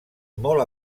molt